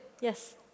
Yes